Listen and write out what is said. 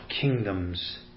kingdoms